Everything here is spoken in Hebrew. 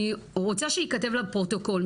אני רוצה שייכתב לפרוטוקול,